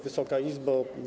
Wysoka Izbo!